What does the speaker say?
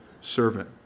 servant